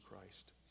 Christ